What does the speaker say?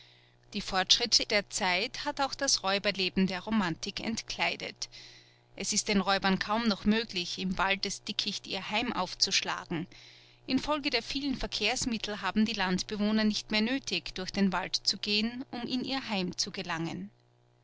der fortschritt der zeit hat auch das räuberleben der romantik entkleidet es ist den räubern kaum noch möglich im waldesdickicht ihr heim aufzuschlagen infolge der vielen verkehrsmittel haben die landbewohner nicht mehr nötig durch den wald zu gehen um in ihr heim zu gelangen